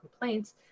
complaints